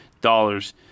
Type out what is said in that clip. dollars